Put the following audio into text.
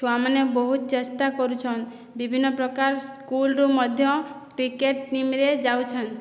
ଛୁଆମାନେ ବହୁତ୍ ଚେଷ୍ଟା କରୁଛନ୍ ବିଭିନ୍ନପ୍ରକାର୍ ସ୍କୁଲ୍ରୁ ମଧ୍ୟ କ୍ରିକେଟ୍ ଟିମ୍ରେ ଯାଉଛନ୍